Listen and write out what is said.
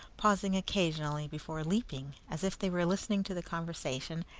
pausing occasionally before leaping, as if they were listening to the conversation,